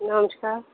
ਨਮਸਕਾਰ